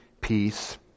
peace